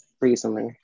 recently